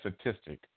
statistic